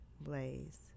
Blaze